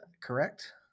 correct